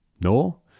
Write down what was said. No